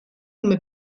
come